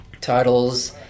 titles